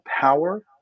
power